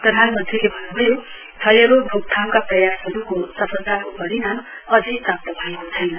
प्रधानमन्त्रीले भन्नुभयो क्षयरोग रोकथामका प्रयासहरूको सफलताको परिणाम अझै प्राप्त भएको छैन